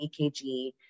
EKG